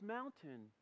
Mountain